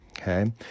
Okay